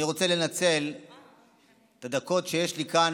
אני רוצה לנצל את הדקות שיש לי כאן,